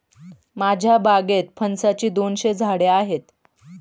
माझ्या बागेत फणसाची दोनशे झाडे आहेत